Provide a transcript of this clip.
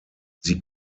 sie